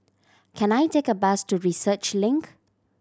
can I take a bus to Research Link